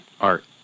Art